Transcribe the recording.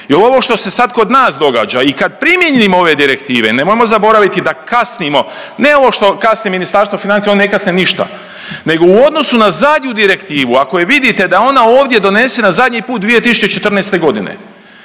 ovo što se sad kod nas događa i kad primijenimo ove direktive, nemojmo zaboraviti da kasnimo ne ovo što kasni Ministarstvo financija, oni ne kasne ništa, nego u odnosu na zadnju direktivu. Ako je vidite da je ona ovdje donesena zadnji put 2014.g.